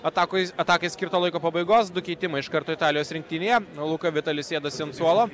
atakoj atakai skirto laiko pabaigos du keitimai iš karto italijos rinktinėje luka vitali sėdasi ant suolo